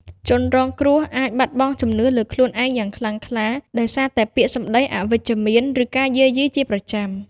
ជនរងគ្រោះអាច បាត់បង់ជំនឿលើខ្លួនឯងយ៉ាងខ្លាំងក្លា ដោយសារតែពាក្យសម្ដីអវិជ្ជមាន ឬការយាយីជាប្រចាំ។